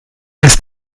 ist